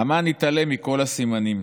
אמ"ן התעלם מכל הסימנים